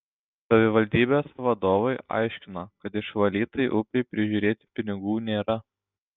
savivaldybės vadovai aiškino kad išvalytai upei prižiūrėti pinigų nėra